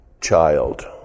child